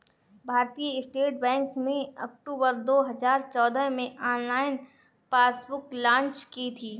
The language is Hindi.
भारतीय स्टेट बैंक ने अक्टूबर दो हजार चौदह में ऑनलाइन पासबुक लॉन्च की थी